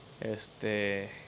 Este